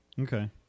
Okay